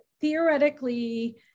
theoretically